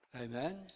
Amen